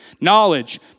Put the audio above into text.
knowledge